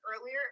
earlier